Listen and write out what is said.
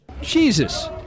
Jesus